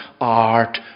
art